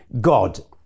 God